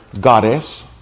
goddess